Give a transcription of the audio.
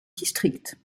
district